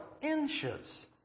inches